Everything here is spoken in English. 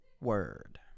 Word